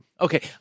okay